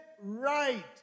right